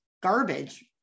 garbage